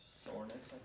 soreness